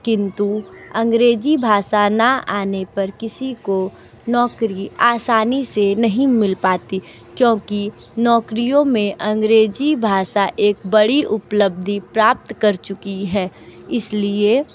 किंतु अंग्रेज़ी भाषा ना आने पर किसी को नौकरी आसानी से नहीं मिल पाती क्योंकि नौकरियों में अंग्रेज़ी भाषा एक बड़ी उपलब्धि प्राप्त कर चुकी है इस लिए